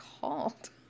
called